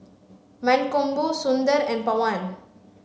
Mankombu Sundar and Pawan